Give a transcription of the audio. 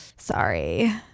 Sorry